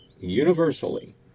universally